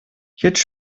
jetzt